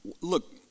look